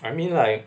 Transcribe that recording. I mean like